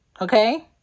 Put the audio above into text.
Okay